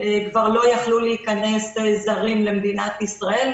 כבר לא יכלו להיכנס זרים למדינת ישראל,